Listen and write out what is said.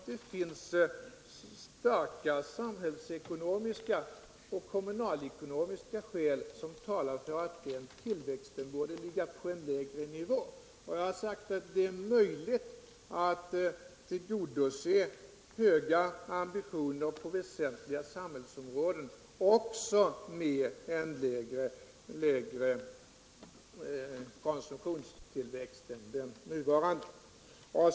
Det finns starka samhällsekonomiska och kommunalekonomiska skäl som talar för att den kommunala konsumtionstillväxten borde ligga på en lägre nivå. Jag har sagt att det är möjligt att tillgodose höga krav på väsentliga samhällsområden också med en lägre konsumtionstillväxt än den nuvarande.